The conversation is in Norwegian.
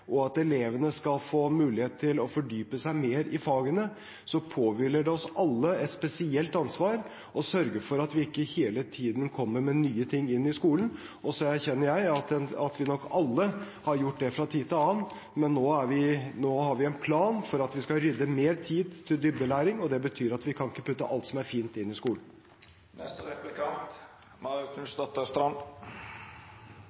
og at elevene skal få mulighet til å fordype seg mer i fagene, så påhviler det oss alle et spesielt ansvar for å sørge for at vi ikke hele tiden kommer med nye ting inn i skolen. Så erkjenner jeg at vi nok alle har gjort det fra tid til annen. Men nå har vi en plan for at vi skal rydde mer tid til dybdelæring, og det betyr at vi ikke kan putte alt som er fint, inn i